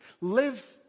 Live